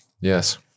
Yes